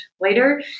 later